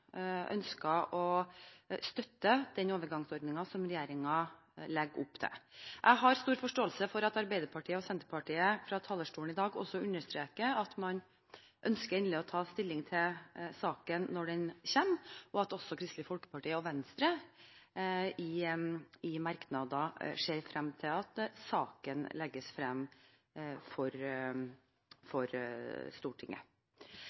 ønsket å støtte den overgangsordningen som regjeringen legger opp til. Jeg har stor forståelse for at Arbeiderpartiet og Senterpartiet fra talerstolen i dag også understreker at man ønsker å ta endelig stilling til saken når den kommer, og at også Kristelig Folkeparti og Venstre i merknader ser frem til at saken legges frem for Stortinget.